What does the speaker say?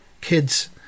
kids